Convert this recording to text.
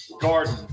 garden